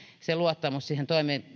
luottamus siihen